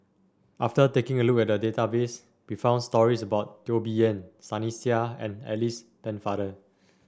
after taking a look at the database we found stories about Teo Bee Yen Sunny Sia and Alice Pennefather